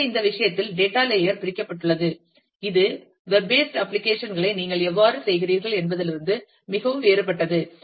எனவே இந்த விஷயத்தில் டேட்டா லேயர் பிரிக்கப்பட்டுள்ளது இது வெப் பேஸ்ட் அப்ளிகேஷன் களை நீங்கள் எவ்வாறு செய்கிறீர்கள் என்பதிலிருந்து மிகவும் வேறுபட்டது